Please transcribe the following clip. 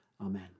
amen